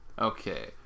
okay